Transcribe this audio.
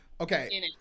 Okay